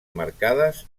marcades